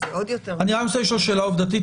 אני רק רוצה לשאול שאלה עובדתית,